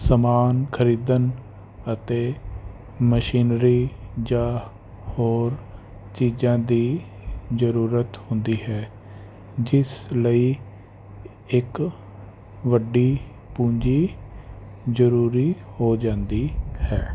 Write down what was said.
ਸਮਾਨ ਖਰੀਦਣ ਅਤੇ ਮਸ਼ੀਨਰੀ ਜਾਂ ਹੋਰ ਚੀਜ਼ਾਂ ਦੀ ਜ਼ਰੂਰਤ ਹੁੰਦੀ ਹੈ ਜਿਸ ਲਈ ਇੱਕ ਵੱਡੀ ਪੂੰਜੀ ਜ਼ਰੂਰੀ ਹੋ ਜਾਂਦੀ ਹੈ